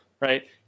right